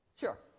sure